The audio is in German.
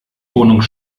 wohnung